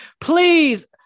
Please